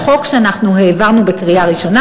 החוק שאנחנו העברנו בקריאה ראשונה,